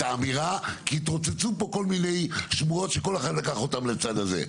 כי התרוצצו כל מיני שמעות שכל אחד לקח לצד אחר.